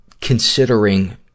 considering